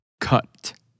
cut